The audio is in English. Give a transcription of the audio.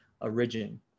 origin